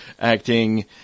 acting